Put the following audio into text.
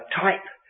type